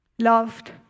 loved